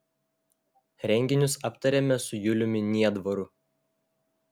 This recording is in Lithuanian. renginius aptarėme su juliumi niedvaru